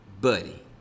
buddy